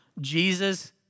Jesus